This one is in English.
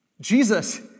Jesus